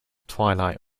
twilight